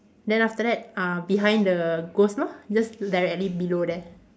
then after that uh behind the ghost lor just directly below there